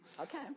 Okay